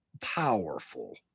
powerful